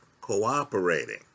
cooperating